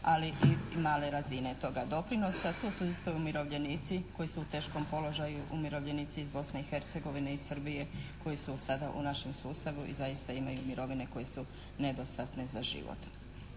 ali i male razine toga doprinosa. To su isto umirovljenici koji su u teškom položaju, umirovljenici iz Bosne i Hercegovine, iz Srbije koji su sada u našem sustavu i zaista imaju mirovine koje su nedostatne za život.